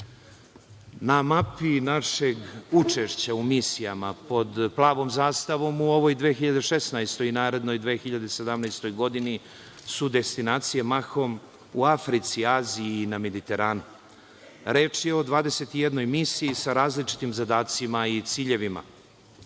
Na mapi našeg učešća u misijama pod plavom zastavom u ovoj 2016. godini i narednoj 2017. godini su destinacije mahom u Africi, Aziji na Mediteranu. Reč je o 21 misiji sa različitim zadacima i ciljevima.